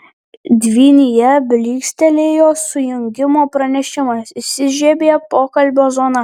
dvynyje blykstelėjo sujungimo pranešimas įsižiebė pokalbio zona